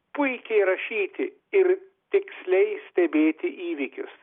puikiai rašyti ir tiksliai stebėti įvykius